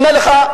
הנה לך,